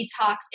detox